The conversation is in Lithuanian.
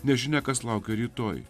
nežinia kas laukia rytoj